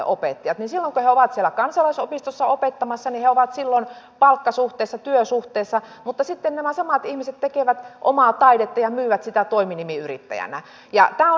slloin kun he ovat siellä kansalaisopistossa opettamassa he ovat palkkasuhteessa työsuhteessa mutta sitten nämä samat ihmiset tekevät omaa taidetta ja myyvät sitä toiminimiyrittäjänä